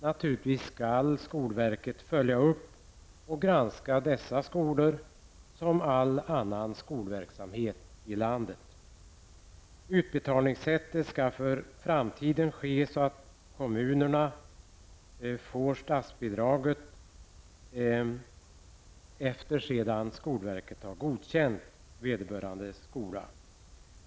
Naturligtvis skall skolverket följa upp och granska dessa skolor precis som all annan skolverksamhet i landet. Utbetalningen skall i famtiden ske så, att kommunerna får statsbidrag efter det att skolverket godkänt vederbörande skola.